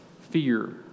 fear